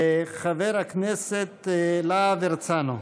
חבר הכנסת להב הרצנו.